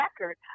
record